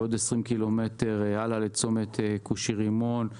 ועוד 20 קילומטר הלאה לצומת כושי רימון,